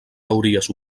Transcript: teories